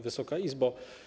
Wysoka Izbo!